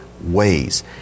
ways